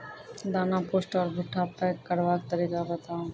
दाना पुष्ट आर भूट्टा पैग करबाक तरीका बताऊ?